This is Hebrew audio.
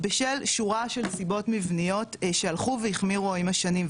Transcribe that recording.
בשל שורה של סיבות מבניות שהלכו והחמירו עם השנים,